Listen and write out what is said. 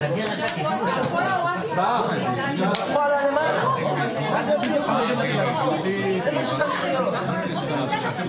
שים לב איך כעסת עליי כשאמרתי לך שלהגשת ההליך הזה